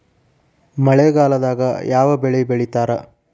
ಮಳೆಗಾಲದಾಗ ಯಾವ ಬೆಳಿ ಬೆಳಿತಾರ?